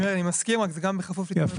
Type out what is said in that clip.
אני מסכים, אבל זה גם בכפוף ל --- מה?